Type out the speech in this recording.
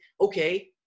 okay